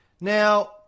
now